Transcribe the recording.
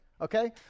Okay